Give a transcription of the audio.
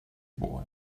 boy